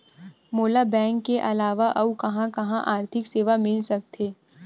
मोला बैंक के अलावा आऊ कहां कहा आर्थिक सेवा मिल सकथे?